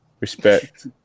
Respect